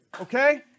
okay